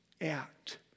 Act